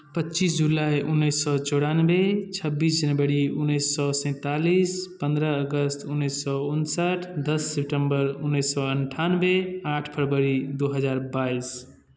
पच्चीस जुलाइ उन्नैस सए चौरानबे छब्बीस जनवरी उन्नैस सए सैंतालिस पन्द्रह अगस्त उन्नैस सए उनसठि दस सितम्बर उन्नैस सए अन्ठानबे आठ फरवरी दू हजार बाइस